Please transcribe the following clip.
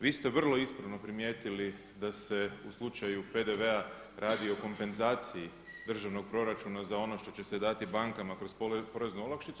Vi ste vrlo ispravno primijetili da se u slučaju PDV-a radi o kompenzaciji državnog proračuna za ono što će se dati bankama kroz poreznu olakšicu.